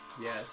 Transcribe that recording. Yes